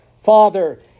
Father